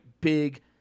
big